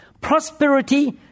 Prosperity